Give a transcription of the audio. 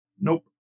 Nope